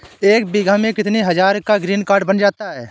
एक बीघा में कितनी हज़ार का ग्रीनकार्ड बन जाता है?